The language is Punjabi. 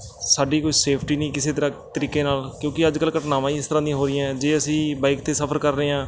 ਸਾਡੀ ਕੋਈ ਸੇਫਟੀ ਨਹੀਂ ਕਿਸੇ ਤਰ੍ਹਾਂ ਤਰੀਕੇ ਨਾਲ ਕਿਉਂਕਿ ਅੱਜ ਕੱਲ੍ਹ ਘਟਨਾਵਾਂ ਹੀ ਇਸ ਤਰ੍ਹਾਂ ਦੀਆਂ ਹੋ ਰਹੀਆਂ ਹੈ ਜੇ ਅਸੀਂ ਬਾਈਕ 'ਤੇ ਸਫਰ ਕਰ ਰਹੇ ਹਾਂ